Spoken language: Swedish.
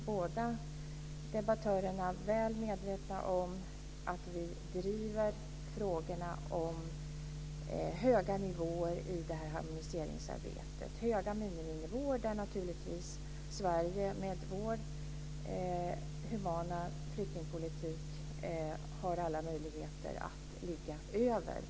Båda debattörerna är väl medvetna om att vi från Sverige driver frågorna om höga miniminivåer i harmoniseringsarbetet, där naturligtvis Sverige med vår humana flyktingpolitik har alla möjligheter att ligga över.